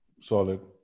Solid